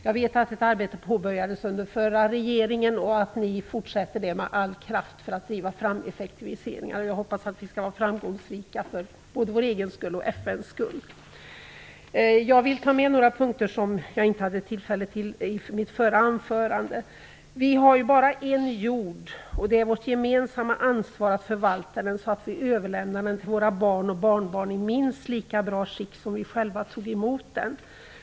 Jag vet att ett arbete påbörjades under förra regeringen och att ni fortsätter det med all kraft för att driva fram effektiviseringar, och jag hoppas att vi skall vara framgångsrika, både för vår egen skull och för FN:s. Jag vill också ta upp några punkter som jag inte hade tillfälle att ta upp i mitt förra anförande. Vi har ju bara en jord, och det är vårt gemensamma ansvar att förvalta den så att vi överlämnar den till våra barn och barnbarn i minst lika bra skick som det vi själva tog emot den i.